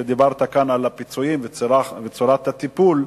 ודיברת כאן על הפיצויים וצורת הטיפול,